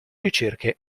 ricerche